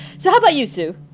so how about you, sue?